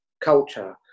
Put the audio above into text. culture